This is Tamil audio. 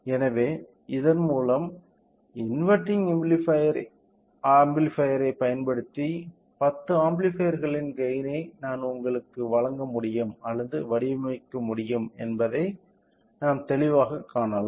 எனவே இதன்மூலம் இன்வெர்டிங் ஆம்ப்ளிஃபையர் ஐப் பயன்படுத்தி 10 ஆம்ப்ளிஃபையர்களின் கெய்ன் ஐ நாங்கள் உங்களுக்கு வழங்க முடியும் அல்லது வடிவமைக்க முடியும் என்பதை நாம் தெளிவாகக் காணலாம்